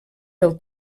del